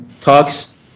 talks